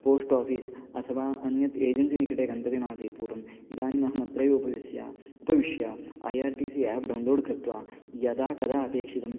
post office अथवा अन्यत् agency निकटे गन्तव्यम् आसीत् पूर्वम् इदानीम् अहम् अत्रैव उपविश्य उपविश्य I R T C app download कृत्वा यदा कदा अपेक्षितम्